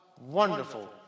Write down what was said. wonderful